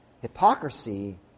Hypocrisy